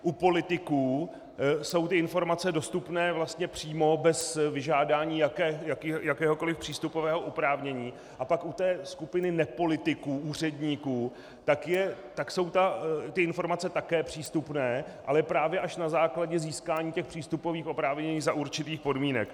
U politiků jsou informace dostupné vlastně přímo, bez vyžádání jakéhokoliv přístupového oprávnění, a pak u skupiny nepolitiků, úředníků, jsou informace také přístupné, ale právě až na základě získání přístupových oprávnění za určitých podmínek.